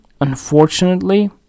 unfortunately